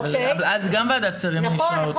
אבל אז גם ועדת שרים --- נכון,